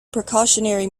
precautionary